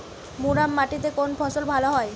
মুরাম মাটিতে কোন ফসল ভালো হয়?